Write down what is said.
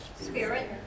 Spirit